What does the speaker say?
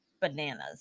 bananas